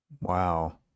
Wow